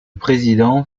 président